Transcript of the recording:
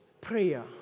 prayer